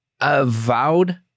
avowed